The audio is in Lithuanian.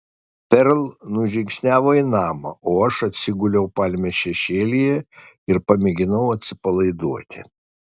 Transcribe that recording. perl nužingsniavo į namą o aš atsiguliau palmės šešėlyje ir pamėginau atsipalaiduoti